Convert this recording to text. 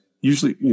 usually